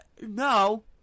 no